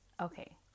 Okay